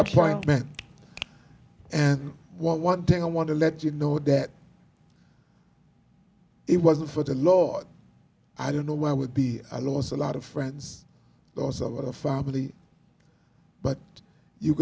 disappointed and one thing i want to let you know that it wasn't for the lord i don't know why i would be i lost a lot of friends or family but you